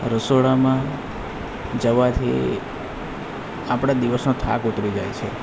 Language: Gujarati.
રસોડામાં જવાથી આપણા દિવસનો થાક ઉતરી જાય છે